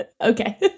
Okay